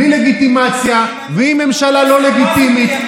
בלי לגיטימציה, והיא ממשלה לא לגיטימית.